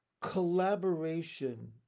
collaboration